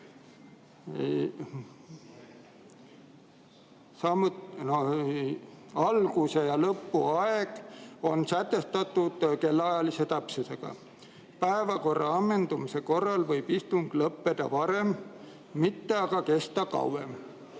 alguse ja lõpu aeg on sätestatud kellaajalise täpsusega. Päevakorra ammendumise korral võib istung lõppeda varem, mitte aga kesta kauem."